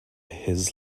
his